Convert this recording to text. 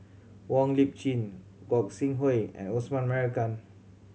Wong Lip Chin Gog Sing Hooi and Osman Merican